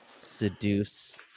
seduce